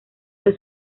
que